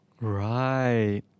Right